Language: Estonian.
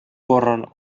korral